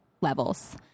levels